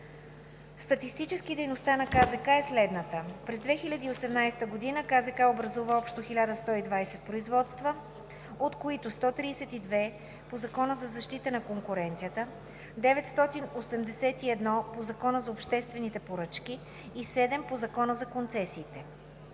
Статистически дейността на КЗК е следната: През 2018 г. КЗК образува общо 1120 производства, от които 132 по Закона за защита на конкуренцията (ЗЗК), 981 по Закона за обществените поръчки (ЗОП) и 7 по Закона за концесиите